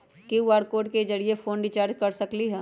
QR code के जरिय phone recharge कर सकली ह?